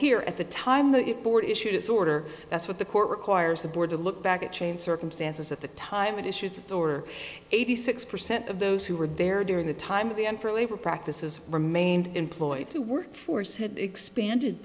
here at the time the board issued its order that's what the court requires the board to look back at changed circumstances at the time it issued its or eighty six percent of those who were there during the time of the unfair labor practices remained employed the work force had expanded